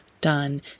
done